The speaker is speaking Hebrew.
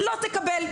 לא תקבל.